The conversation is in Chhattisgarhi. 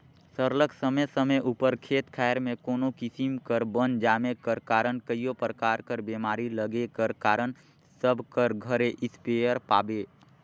सरलग समे समे उपर खेत खाएर में कोनो किसिम कर बन जामे कर कारन कइयो परकार कर बेमारी लगे कर कारन सब कर घरे इस्पेयर पाबे